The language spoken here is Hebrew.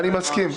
אני מסכים.